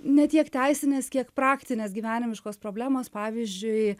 ne tiek teisinės kiek praktinės gyvenimiškos problemos pavyzdžiui